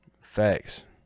Facts